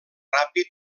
ràpid